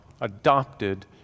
adopted